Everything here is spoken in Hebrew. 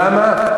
למה?